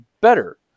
better